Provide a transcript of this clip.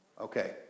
Okay